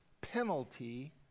penalty